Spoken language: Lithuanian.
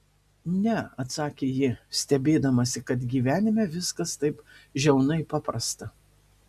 ne atsakė ji stebėdamasi kad gyvenime viskas taip žiaunai paprasta